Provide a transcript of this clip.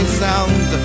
sound